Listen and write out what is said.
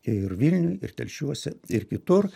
ir vilniuj ir telšiuose ir kitur